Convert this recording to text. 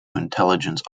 intelligence